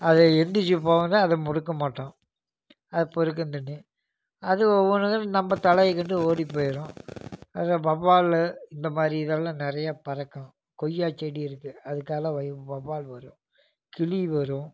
அது எழுந்திரிச்சி போன்னு அதை முடக்க மாட்டோம் அது பொறுக்கும் தண்டி அது ஒவ்வொன்றுக்கும் நம்ம தலையை கண்டு ஓடி போயிடும் அதை வெளவால் இந்த மாதிரி இதெல்லாம் நிறையா பறக்கும் கொய்யா செடி இருக்குது அதுக்காலே வை வெளவால் வரும் கிளி வரும்